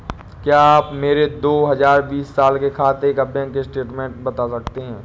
क्या आप मेरे दो हजार बीस साल के खाते का बैंक स्टेटमेंट बता सकते हैं?